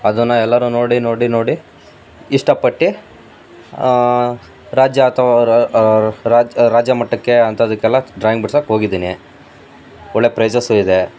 ಅದನ್ನು ಎಲ್ಲರೂ ನೋಡಿ ನೋಡಿ ನೋಡಿ ಇಷ್ಟಪಟ್ಟು ರಾಜ್ಯ ಅಥವಾ ರಾಜ್ಯ ರಾಜ್ಯಮಟ್ಟಕ್ಕೆ ಅಂಥದ್ದಕ್ಕೆಲ್ಲ ಡ್ರಾಯಿಂಗ್ ಬಿಡ್ಸಕ್ಕೆ ಹೋಗಿದ್ದೀನಿ ಒಳ್ಳೆಯ ಪ್ರೈಸಸ್ಸೂ ಇದೆ